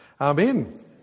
Amen